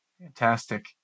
Fantastic